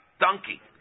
donkey